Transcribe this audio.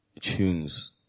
tunes